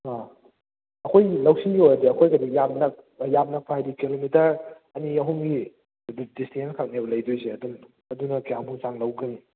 ꯑꯥ ꯑꯩꯈꯣꯏꯒꯤ ꯂꯧꯁꯤ ꯑꯣꯏꯔꯗꯤ ꯑꯩꯈꯣꯏꯒꯗꯤ ꯌꯥꯝ ꯌꯥꯝ ꯅꯛꯄ ꯍꯥꯏꯗꯤ ꯀꯤꯂꯣꯃꯤꯇꯔ ꯑꯅꯤ ꯑꯍꯨꯝꯒꯤ ꯗꯤꯁꯇꯦꯟꯁ ꯈꯛꯅꯦꯕ ꯂꯩꯗꯣꯏꯁꯦ ꯑꯗꯨꯝ ꯑꯗꯨꯅ ꯀꯌꯥꯃꯨꯛ ꯆꯥꯡ ꯂꯧꯒꯅꯤ